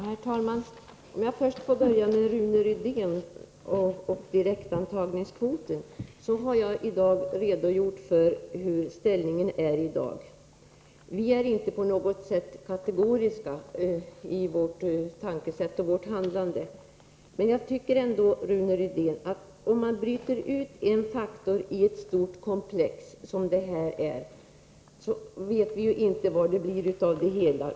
Herr talman! Jag skall börja med att kommentera Rune Rydéns uttalande om direktantagningskvoten. Jag har tidigare redogjort för hur det förhåller sigi dag. Vi är inte på något sätt kategoriska med tanke på vårt sätt att tänka och vårt handlande. Men, Rune Rydén, om man bryter ut en faktor ur ett stort komplex som detta, vet man inte vad det blir av det hela.